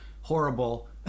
horrible